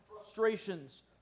frustrations